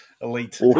elite